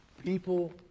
People